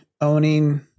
owning